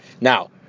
Now